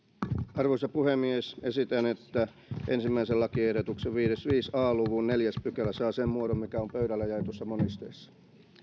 arvoisa puhemies esitän että ensimmäisen lakiehdotuksen viisi a luvun neljäs pykälä saa sen muodon mikä on pöydälle jaetussa monisteessa